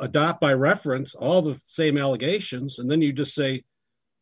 adopt by reference all the same allegations and then you just say